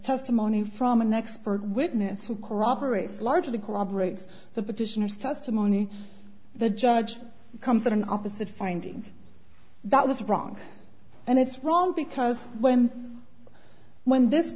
testimony from an expert witness who corroborates largely corroborates the petitioner's testimony the judge comes at an opposite finding that was wrong and it's wrong because when when this